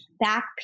back